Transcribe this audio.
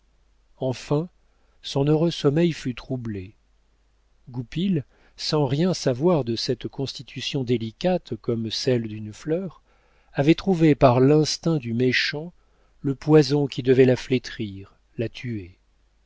enfin son heureux sommeil fut troublé goupil sans rien savoir de cette constitution délicate comme celle d'une fleur avait trouvé par l'instinct du méchant le poison qui devait la flétrir la tuer